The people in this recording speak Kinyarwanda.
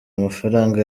amafaranga